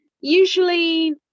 usually